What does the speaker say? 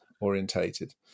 orientated